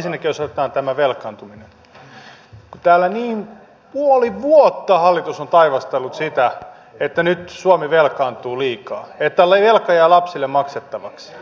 ensinnäkin jos otetaan tämä velkaantuminen niin kun täällä puoli vuotta hallitus on taivastellut sitä että nyt suomi velkaantuu liikaa että velka jää lapsille maksettavaksi